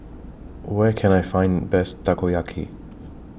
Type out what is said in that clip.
Where Can I Find Best Takoyaki